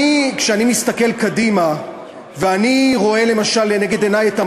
וכשאני מסתכל קדימה ורואה לנגד עיני את